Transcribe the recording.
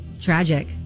Tragic